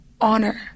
honor